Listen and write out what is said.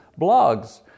blogs